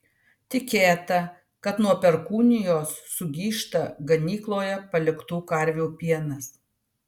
tikėta kad nuo perkūnijos sugyžta ganykloje paliktų karvių pienas